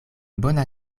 bona